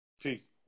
Peace